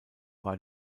war